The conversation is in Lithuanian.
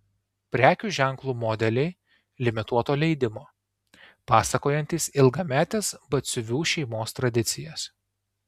prekių ženklo modeliai limituoto leidimo pasakojantys ilgametes batsiuvių šeimos tradicijas